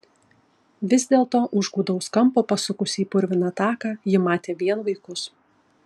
vis dėlto už gūdaus kampo pasukusi į purviną taką ji matė vien vaikus